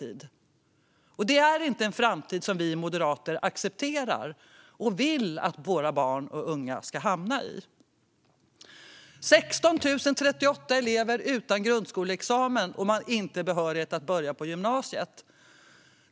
Det är inte en framtid som vi moderater accepterar och vill att våra barn och unga ska hamna i. Det var alltså 16 038 elever utan grundskoleexamen, utan behörighet att börja i gymnasiet.